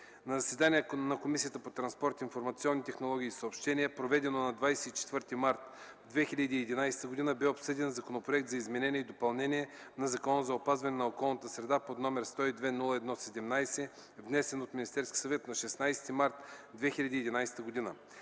На заседание на Комисията по транспорт, информационни технологии и съобщения, проведено на 24 март 2011 г., бе обсъден Законопроект за изменение и допълнение на Закона за опазване на околната среда, № 102-01-17, внесен от Министерски съвет на 16 март 2011 г.